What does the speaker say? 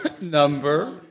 number